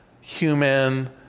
human